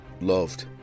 loved